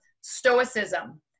stoicism